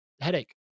headache